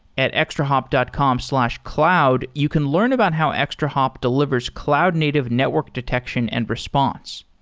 at extrahop dot com slash cloud, you can learn about how extrahop delivers cloud-native network detection and response.